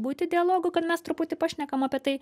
būti dialogų kad mes truputį pašnekam apie tai